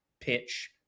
pitch